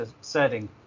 setting